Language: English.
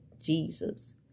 Jesus